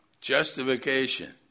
justification